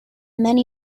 many